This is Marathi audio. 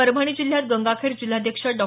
परभणी जिल्ह्यात गंगाखेड जिल्हाध्यक्ष डॉ